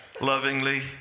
lovingly